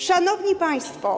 Szanowni Państwo!